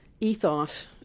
ethos